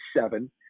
seven